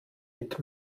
mit